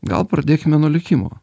gal pradėkime nuo likimo